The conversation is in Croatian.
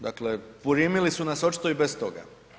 Dakle, primili su nas očito i bez toga.